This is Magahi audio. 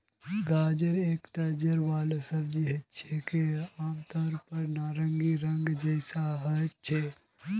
गाजर एकता जड़ वाला सब्जी छिके, आमतौरेर पर नारंगी रंगेर जैसा ह छेक